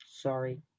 Sorry